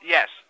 Yes